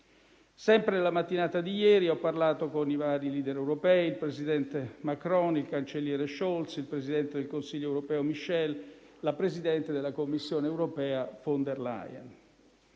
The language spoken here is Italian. Sempre nella mattinata di ieri ho parlato con i vari *leader* europei: il presidente Macron, il cancelliere Scholz, il presidente del Consiglio europeo Michel, la presidente della Commissione europea von der Leyen.